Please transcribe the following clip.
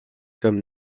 comme